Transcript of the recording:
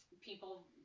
People